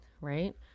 right